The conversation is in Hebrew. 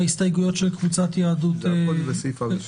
להסתייגויות של קבוצת יהדות התורה.